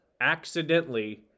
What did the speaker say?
accidentally